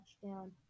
touchdown